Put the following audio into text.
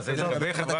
איזה מכתב?